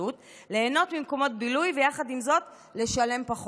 ליהנות ממקומות בילוי, ויחד עם זאת לשלם פחות מס.